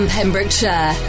Pembrokeshire